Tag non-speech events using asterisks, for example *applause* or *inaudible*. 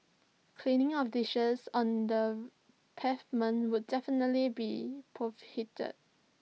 cleaning of dishes on the pavement would definitely be *unintelligible*